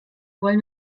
wollen